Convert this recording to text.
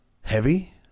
heavy